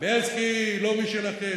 בילסקי לא משלכם.